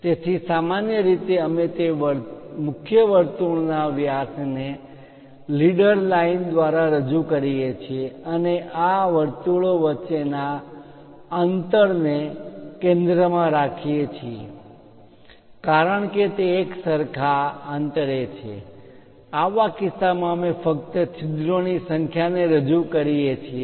તેથી સામાન્ય રીતે અમે તે મુખ્ય વર્તુળના વ્યાસને લીડર લાઇન દ્વારા રજૂ કરીએ છીએ અને આ વર્તુળો વચ્ચેના અંતરને કેન્દ્રમાં રાખી એ છીએ કારણ કે તે એક સરખા અંતરે છે આવા કિસ્સામાં અમે ફક્ત છિદ્રોની સંખ્યાને રજૂ કરીએ છીએ